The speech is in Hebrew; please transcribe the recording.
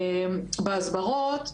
בהסברות,